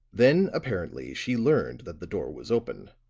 then, apparently, she learned that the door was open